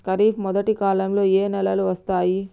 ఖరీఫ్ మొదటి కాలంలో ఏ నెలలు వస్తాయి?